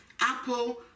Apple